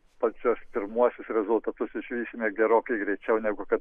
pačius pirmuosius rezultatus išvysime gerokai greičiau negu kad